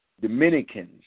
Dominicans